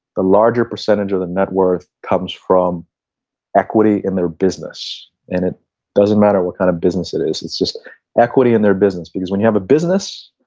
the larger percentage of the net worth comes from equity in their business and it doesn't matter what kind of business it is. it's just equity in their business because when you have a business,